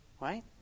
Right